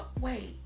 wait